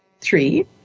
three